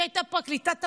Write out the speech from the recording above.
היא הייתה פרקליטת המדינה,